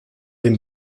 den